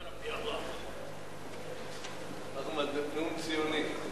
בבקשה, אדוני.